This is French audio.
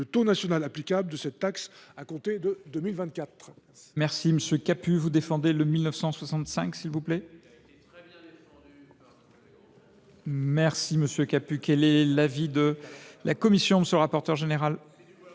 le taux national de cette taxe à compter de 2024.